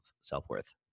self-worth